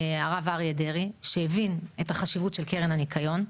הרב אריה דרעי, שהבין את החשיבות של קרן הניקיון,